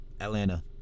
Atlanta